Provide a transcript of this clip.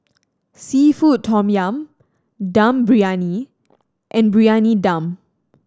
seafood tom yum Dum Briyani and Briyani Dum